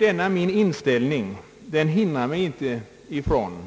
Denna min inställning hindrar mig dock inte ifrån